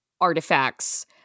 artifacts